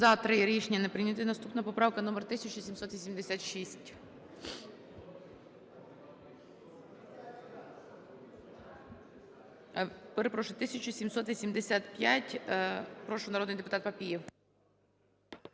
За-3 Рішення не прийнято. Наступна поправка номер 1786. Перепрошую, 1785. Прошу, народний депутат Папієв.